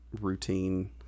routine